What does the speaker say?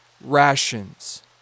rations